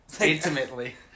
intimately